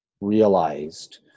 realized